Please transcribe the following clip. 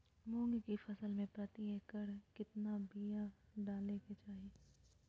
मूंग की फसल में प्रति एकड़ कितना बिया डाले के चाही?